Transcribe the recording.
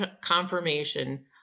confirmation